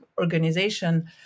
organization